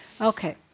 Okay